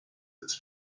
its